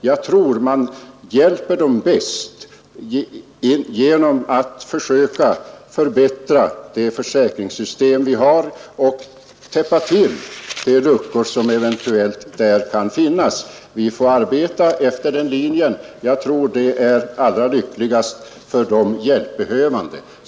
Jag anser att man hjälper dem bäst genom att försöka förbättra det försäkringssystem vi har och täppa till de luckor som eventuellt där kan finnas. Vi får arbeta efter den linjen — jag tror att det är allra lyckligast för de hjälpbehövande.